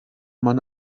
man